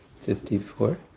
Fifty-four